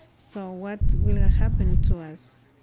so, what will happen to us?